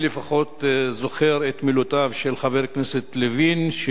אני זוכר את מילותיו של חבר הכנסת לוין,